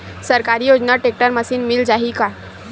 सरकारी योजना tractor machine मिल जाही का?